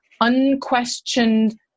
unquestioned